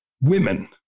women